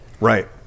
Right